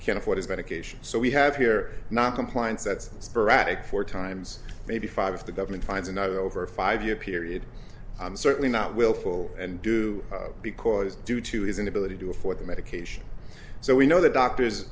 can't afford his medications so we have here not compliance that's sporadic four times maybe five of the government fines and over a five year period i'm certainly not willful and do because due to his inability to afford the medication so we know the doctor